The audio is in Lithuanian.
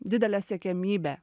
didelė siekiamybė